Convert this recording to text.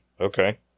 okay